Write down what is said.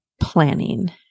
planning